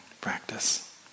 practice